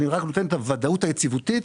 אני נותן את הוודאות היציבותית.